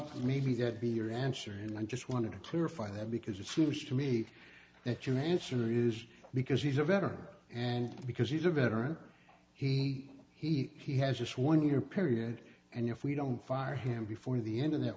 thought maybe that be your answer and i just wanted to clarify that because it seems to me that your answer is because he's a veteran and because he's a veteran he he has this one year period and if we don't fire him before the end of that